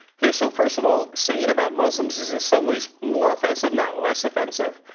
okay, so first of all, saying it about muslims is in some ways more offensive, not less offensive,